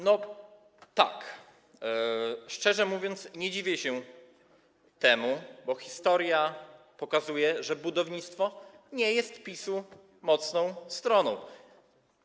No tak, szczerze mówiąc, nie dziwię się temu, bo historia pokazuje, że budownictwo nie jest mocną stroną PiS-u.